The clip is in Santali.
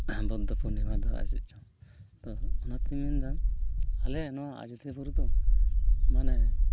ᱵᱩᱫᱽᱫᱷᱚ ᱯᱩᱨᱱᱤᱢᱟ ᱫᱚ ᱟᱨ ᱪᱮᱫ ᱪᱚᱝ ᱚᱱᱟᱛᱤᱧ ᱢᱮᱱ ᱮᱫᱟ ᱟᱞᱮᱭᱟᱜ ᱱᱚᱣᱟ ᱟᱡᱳᱫᱤᱭᱟᱹ ᱵᱩᱨᱩ ᱫᱚ ᱢᱟᱱᱮ